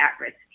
at-risk